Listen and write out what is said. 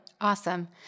Awesome